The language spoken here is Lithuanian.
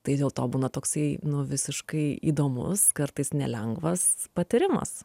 tai dėl to būna toksai nu visiškai įdomus kartais nelengvas patyrimas